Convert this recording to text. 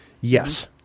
Yes